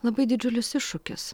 labai didžiulis iššūkis